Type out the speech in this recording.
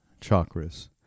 chakras